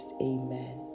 Amen